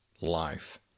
life